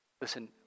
Listen